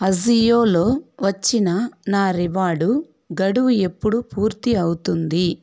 అజియోలో వచ్చిన నా రివార్డు గడువు ఎప్పుడు పూర్తి అవుతుంది